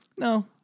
No